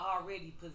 already